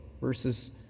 versus